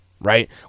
right